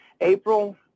april